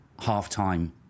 halftime